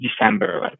December